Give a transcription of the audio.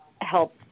help